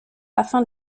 afin